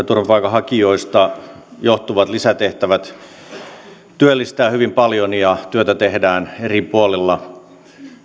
turvapaikanhakijoista johtuvat lisätehtävät työllistävät hyvin paljon ja työtä tehdään eri puolilla